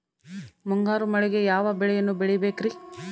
ಮುಂಗಾರು ಮಳೆಗೆ ಯಾವ ಬೆಳೆಯನ್ನು ಬೆಳಿಬೇಕ್ರಿ?